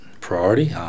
priority